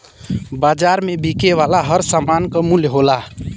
बाज़ार में बिके वाला हर सामान क मूल्य होला